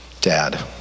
dad